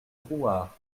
drouhard